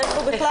יש פה בכלל.